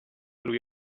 lui